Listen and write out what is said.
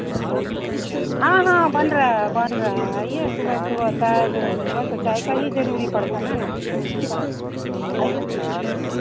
हाँ हाँ बन रहा है बन रहा है आइये सुबह सुबह चाय जो है सुबह तो चाय का ही ज़रूरी पड़ता है ना तो आइए